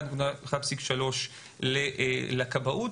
1.3 מיליארד לכבאות.